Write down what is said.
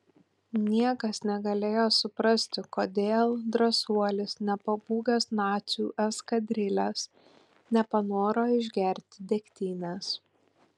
niekas negalėjo suprasti kodėl drąsuolis nepabūgęs nacių eskadrilės nepanoro išgerti degtinės